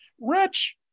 Rich